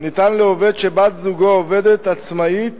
ניתנת לעובד שבת-זוגו עובדת עצמאית